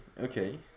Okay